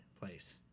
place